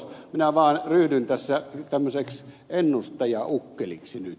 minä vaan ryhdyn tässä tämmöiseksi ennustajaukkeliksi nyt